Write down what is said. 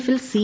എഫിൽ സി